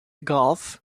golf